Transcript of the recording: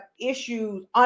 issues